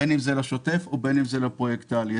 בין אם לשוטף ובין אם לפרויקטלי.